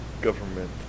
government